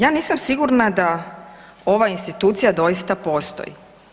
Ja nisam sigurna da ova institucija doista postoji.